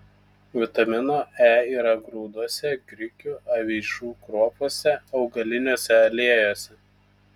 vitamino e yra grūduose grikių avižų kruopose augaliniuose aliejuose